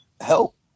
help